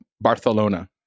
Barcelona